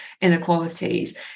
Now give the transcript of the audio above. inequalities